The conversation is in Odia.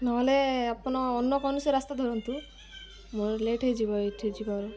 ନହେଲେ ଆପଣ ଅନ୍ୟ କୌଣସି ରାସ୍ତା ଧରନ୍ତୁ ମୋର ଲେଟ୍ ହେଇଯିବ ଏଇଠି ଯିବା